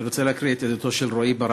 אני רוצה להקריא את עדותו של רועי ברק: